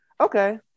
okay